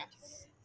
Yes